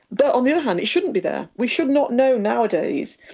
but on the other hand it shouldn't be there. we should not know, nowadays,